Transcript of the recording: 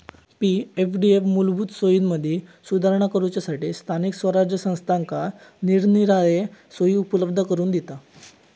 पी.एफडीएफ मूलभूत सोयींमदी सुधारणा करूच्यासठी स्थानिक स्वराज्य संस्थांका निरनिराळे सोयी उपलब्ध करून दिता